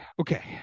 Okay